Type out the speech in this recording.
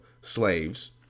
slaves